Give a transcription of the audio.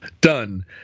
done